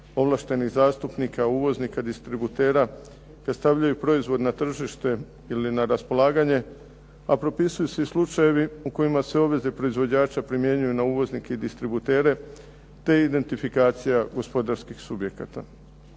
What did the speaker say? ovlaštenih zastupnika, uvoznika, distributera koji stavljaju proizvod na tržište ili na raspolaganje, a propisuju se i slučajevi u kojima se obveze proizvođača primjenjuju na uvoznike i distributere te identifikacija gospodarskih subjekata.